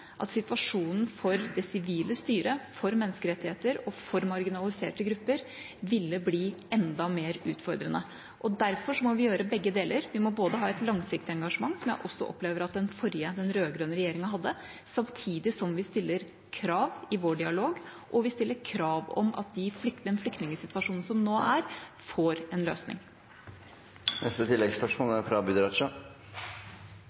at situasjonen for det sivile styret, for menneskerettigheter og for marginaliserte grupper ville bli enda mer utfordrende. Derfor må vi gjøre begge deler. Vi må både ha et langsiktig engasjement – noe som jeg også opplever at den rød-grønne regjeringa hadde – samtidig som vi stiller krav i vår dialog, og vi stiller krav om at den flyktningsituasjonen som er nå, får en